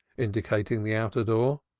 indicating the outer door.